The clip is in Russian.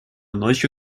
ночью